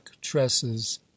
tresses